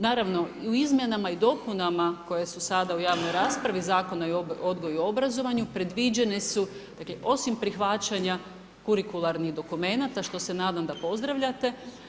Naravno u izmjenama i dopunama koje su sada u javnoj raspravi, Zakona o odgoju i obrazovanju predviđene su, dakle osim prihvaćanja kurikularnih dokumenata što se nadam da pozdravljate.